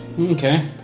Okay